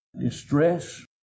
distress